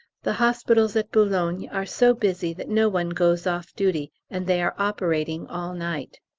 the hospitals at boulogne are so busy that no one goes off duty, and they are operating all night.